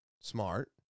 smart